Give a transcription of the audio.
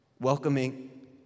welcoming